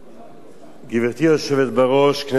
גברתי היושבת בראש, כנסת נכבדה,